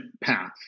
path